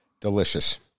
Delicious